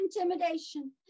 intimidation